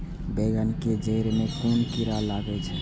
बेंगन के जेड़ में कुन कीरा लागे छै?